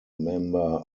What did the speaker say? member